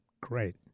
great